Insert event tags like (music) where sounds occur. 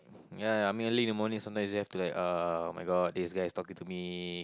ya I mean early in the morning sometimes you have to like (noise) oh my god this guy is talking to me